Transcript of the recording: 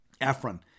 Ephron